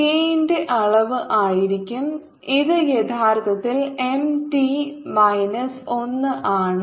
K ന്റെ അളവ് ആയിരിക്കും ഇത് യഥാർത്ഥത്തിൽ M T മൈനസ് 1 ആണ്